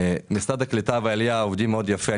משרד הקליטה והעלייה עובדים מאוד יפה.